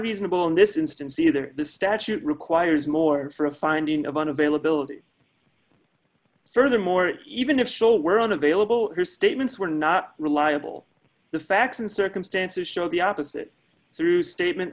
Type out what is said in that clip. reasonable in this instance either the statute requires more for a finding about availability furthermore even if show were unavailable her statements were not reliable the facts and circumstances show the opposite is true statement